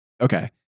Okay